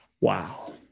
Wow